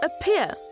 appear